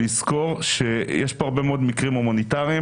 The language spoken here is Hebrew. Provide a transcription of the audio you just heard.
לזכור שיש כאן הרבה מאוד מקרים הומניטריים